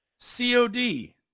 cod